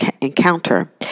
encounter